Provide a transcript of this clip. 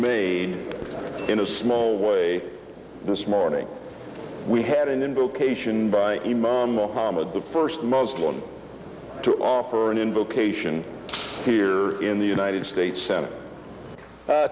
made in a small way this morning we had an invocation by the first muslim to offer an invocation here in the united states